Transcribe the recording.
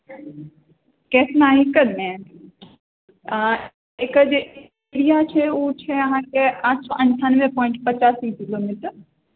केतना एकड़मे एकर जे एरिआ छै ओ छै अहाँकेँ आठ सए अन्ठानबे पॉइन्ट पचासी किलोमीटर